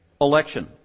election